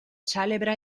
celebra